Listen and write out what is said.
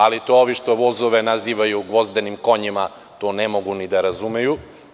Ali, to ovi što vozove nazivaju gvozdenim konjima ne mogu ni da razumeju.